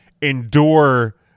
endure